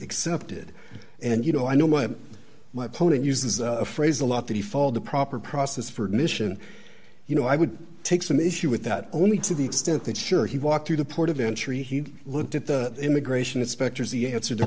accepted and you know i know what my post and uses a phrase a lot the fall the proper process for admission you know i would take some issue with that only to the extent that sure he walked through the port of entry he looked at the immigration at spector's he answered the